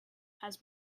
has